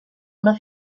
una